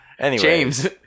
James